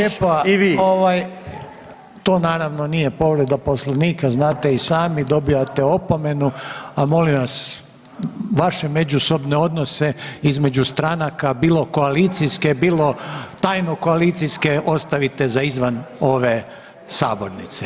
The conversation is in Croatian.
Hvala lijepo ovaj to naravno nije povreda Poslovnika znate i sami, dobijate opomenu, a molim vas vaše međusobne odnose između stranaka bilo koalicijske, bilo tajno koalicijske ostavite za izvan ove sabornice.